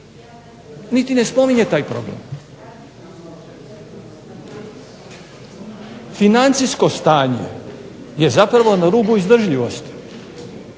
niti ne spominje taj problem. Financijsko stanje je zapravo na rubu izdržljivosti.